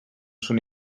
són